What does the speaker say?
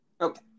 Okay